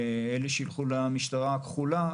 אלה שילכו למשטרה הכחולה,